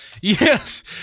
Yes